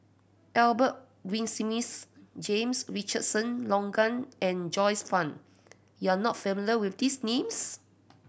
Albert Winsemius James Richardson Logan and Joyce Fan you are not familiar with these names